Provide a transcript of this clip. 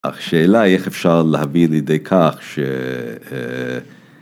אך שאלה היא איך אפשר להבין לידי כך ש...